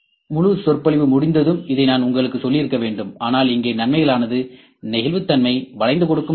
முழு சொற்பொழிவு முடிந்ததும் இதை நான் உங்களுக்குச் சொல்லியிருக்க வேண்டும் ஆனால் இங்கே நன்மைகளானது நெகிழ்வுத்தன்மை வளைந்து கொடுக்கும் தன்மை